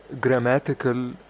grammatical